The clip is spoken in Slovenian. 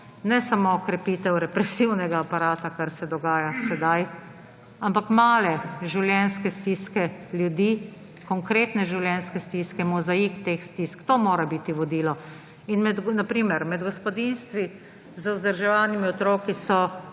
ne samo okrepitev represivnega aparata, kar se dogaja sedaj, ampak male življenjske stiske ljudi, konkretne življenjske stiske, mozaik teh stisk. To mora biti vodilo. Na primer, med gospodinjstvi z vzdrževanimi otroki so